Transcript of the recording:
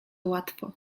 łatwo